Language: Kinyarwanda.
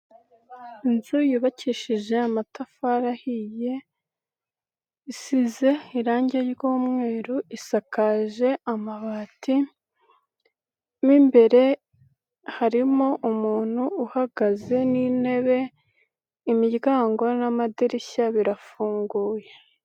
Inzu yubakishije amatafari ahiye, isize irangi ry'umweru, isakaje amabati, mo imbere harimo umuntu uhagaze n'intebe, imiryango n'amadirishya birafunguye.